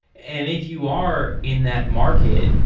and if you are in that market,